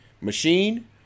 machine